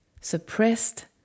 suppressed